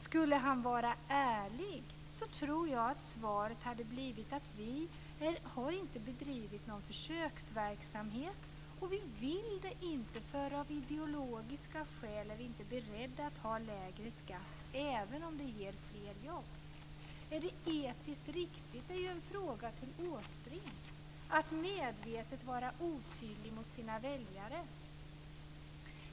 Skulle han vara ärlig tror jag att svaret hade blivit: Vi har inte bedrivit någon försöksverksamhet och vi vill inte det, för av ideologiska skäl är vi inte beredda att ha en lägre skatt även om det ger fler jobb. En fråga till Erik Åsbrink är: Är det etiskt riktigt att medvetet vara otydlig mot sina väljare?